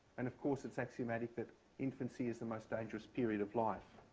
and of course, it's axiomatic that infancy is the most dangerous period of life.